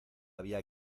había